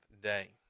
day